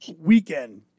weekend